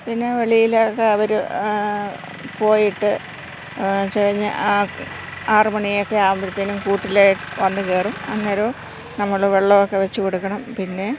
പിന്നെ വെളിയിലൊക്കെ അവർ പോയിട്ട് ആറ് മണിയൊക്കെ ആവുമ്പോഴത്തേക്കും കൂട്ടിലായി വന്നു കയറും അന്നേരം നമ്മൾ വെള്ളമൊക്കെ വച്ചു കൊടുക്കണം പിന്നെ